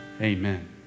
Amen